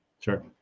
Sure